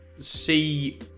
See